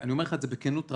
אני אומר לך את זה בכנות רבה.